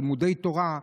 תלמודי תורה,